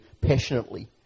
passionately